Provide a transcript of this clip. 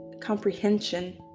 comprehension